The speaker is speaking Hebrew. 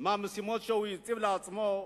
מהמשימות שהוא הציב לעצמו,